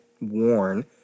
worn